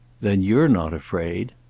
then you're not afraid.